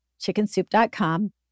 chickensoup.com